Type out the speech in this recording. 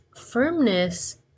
firmness